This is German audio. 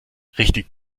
richtig